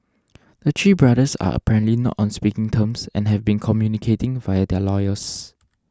the Chee brothers are apparently not on speaking terms and have been communicating via their lawyers